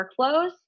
workflows